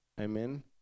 Amen